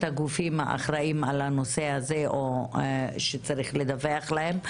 הגופים שאחראים לנושא זה או שצריך לדווח להם,